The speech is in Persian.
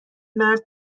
مرد